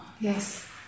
Yes